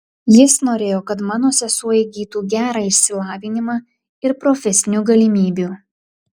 jis norėjo kad mano sesuo įgytų gerą išsilavinimą ir profesinių galimybių